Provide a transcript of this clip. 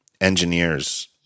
engineers